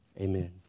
amen